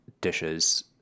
dishes